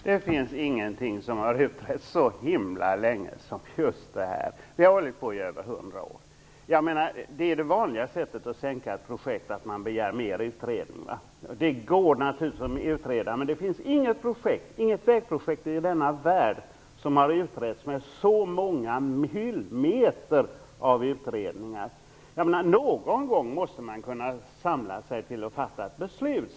Herr talman! Det finns ingenting som har utretts så länge som just detta. Det har hållit på i över hundra år. Detta är det vanliga sättet att sänka ett projekt, nämligen att man begär mer utredningar. Det går naturligtvis att utreda, men det finns inget vägprojekt i denna värld som har utretts och gett så många hyllmeter utredningar. Någon gång måste man samla sig och fatta ett beslut.